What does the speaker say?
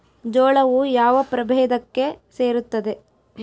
ಜೋಳವು ಯಾವ ಪ್ರಭೇದಕ್ಕೆ ಸೇರುತ್ತದೆ?